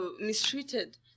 mistreated